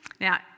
Now